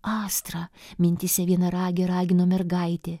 astra mintyse vienaragį ragino mergaitė